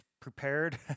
prepared